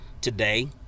today